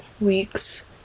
weeks